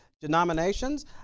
denominations